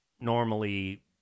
normally